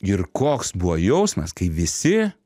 ir koks buvo jausmas kai visi